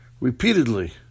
repeatedly